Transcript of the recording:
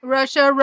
Russia